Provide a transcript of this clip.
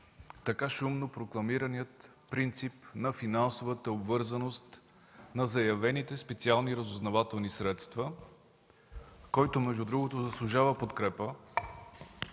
така шумно прокламирания принцип на финансовата обвързаност на заявените специални разузнавателни средства, който между другото заслужава подкрепа